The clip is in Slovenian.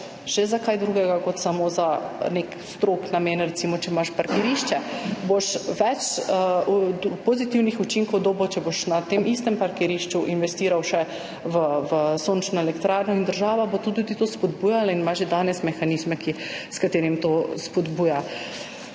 še za kaj drugega kot samo za nek strog namen. Recimo, če imaš parkirišče, boš dobil več pozitivnih učinkov, če boš na tem istem parkirišču investiral še v sončno elektrarno in država bo to tudi spodbujala in ima že danes mehanizme, s katerimi to spodbuja.